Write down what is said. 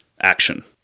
action